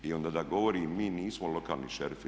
I onda da govori mi nismo lokalni šerifi.